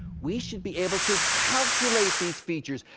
we should be able to calculate these features,